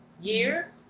year